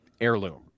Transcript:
heirloom